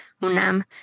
UNAM